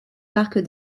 parc